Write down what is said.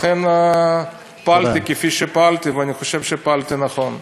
לכן פעלתי כפי שפעלתי, ואני חושב שפעלתי נכון.